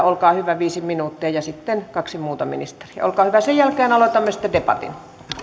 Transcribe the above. olkaa hyvä viisi minuuttia ja sitten kaksi muuta ministeriä ja sen jälkeen aloitamme sitten debatin